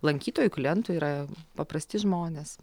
lankytojų klientų yra paprasti žmonės